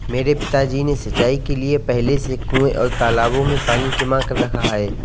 मेरे पिताजी ने सिंचाई के लिए पहले से कुंए और तालाबों में पानी जमा कर रखा है